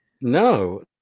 no